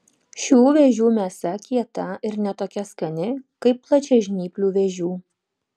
šių vėžių mėsa kieta ir ne tokia skani kaip plačiažnyplių vėžių